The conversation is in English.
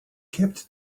kept